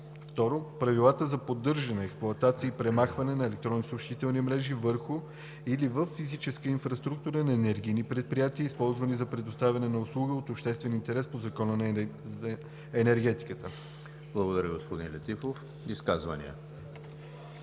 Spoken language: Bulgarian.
2. правилата за поддържане, експлоатация и премахване на електронни съобщителни мрежи върху или във физическа инфраструктура на енергийни предприятия, използвана за предоставяне на услуги от обществен интерес по Закона за енергетиката.“ ПРЕДСЕДАТЕЛ ЕМИЛ ХРИСТОВ: Благодаря, господин Летифов. Изказвания?